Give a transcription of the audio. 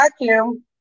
vacuum